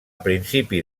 principis